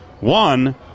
one